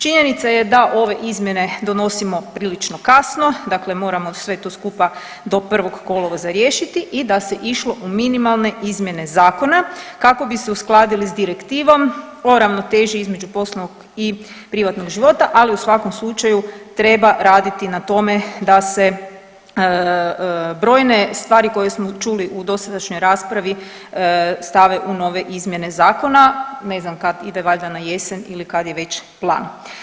Činjenica je da ove izmjene donosimo prilično kasno, dakle moramo sve to skupa do 1. kolovoza riješiti i da se išlo u minimalne izmjene zakona kako bi se uskladili s Direktivom o ravnoteži između poslovnog i privatnog života, ali u svakom slučaju treba raditi na tome da se brojne stvari koje smo čuli u dosadašnjoj raspravi stave u nove izmjene zakona, ne znam kad ide, valjda na jesen ili kad je već plan.